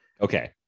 Okay